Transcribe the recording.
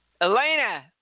Elena